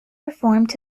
performed